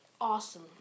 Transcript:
awesome